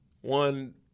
one